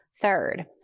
Third